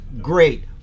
great